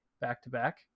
back-to-back